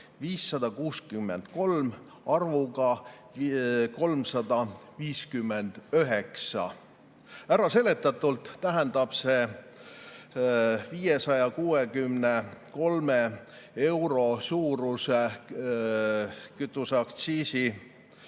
"563" arvuga "359". Äraseletatult tähendab see 563 euro suuruse kütuseaktsiisi,